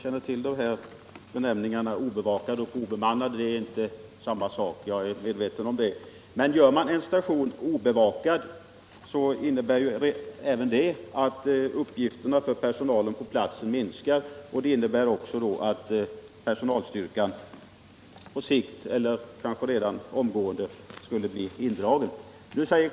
Herr talman! Jag är medveten om att obevakade och obemannade stationer inte är samma sak. Men gör man en station obevakad innebär även det att uppgifterna för personalen på platsen minskar och att personalstyrkan antingen på sikt eller omgående dras ner.